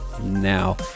now